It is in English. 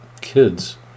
kids